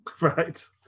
Right